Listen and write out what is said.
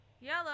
Yellow